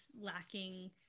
lacking